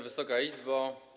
Wysoka Izbo!